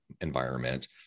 environment